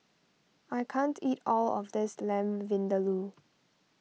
I can't eat all of this Lamb Vindaloo